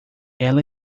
ela